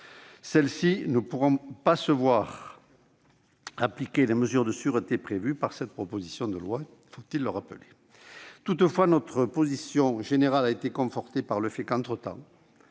celles-ci ne pourront pas se voir appliquer les mesures de sûreté prévues par cette proposition de loi ? Toutefois, notre position générale a été confortée par le fait que